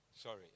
Sorry